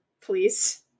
Please